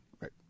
right